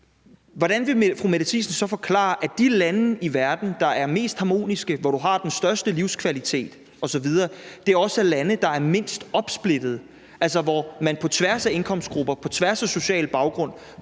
hvordan fru Mette Thiesen så vil forklare, at de lande i verden, der er mest harmoniske, hvor du har den største livskvalitet osv., også er de lande, der er mindst opsplittede, altså hvor man på tværs af indkomstgrupper, på tværs af social baggrund